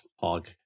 hog